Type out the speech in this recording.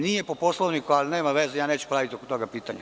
Nije po Poslovniku, ali nema veze, ja neću praviti oko toga pitanje.